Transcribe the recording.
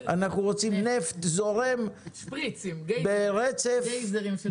אנחנו רוצים נפט זורם -- שפריצים, גייזרים.